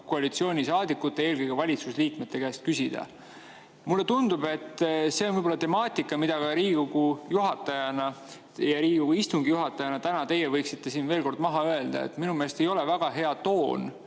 koalitsioonisaadikute, eelkõige valitsusliikmete käest küsida. Mulle tundub, et see on võib-olla temaatika, mida ka teie Riigikogu [esimehena] ja Riigikogu istungi juhatajana täna võiksite siin veel kord maha öelda. Minu meelest ei ole väga hea toon